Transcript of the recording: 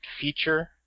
feature